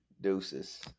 Deuces